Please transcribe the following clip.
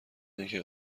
اینکه